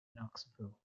knoxville